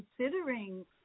considering